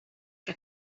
que